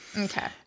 Okay